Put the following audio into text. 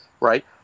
right